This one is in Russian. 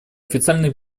официальные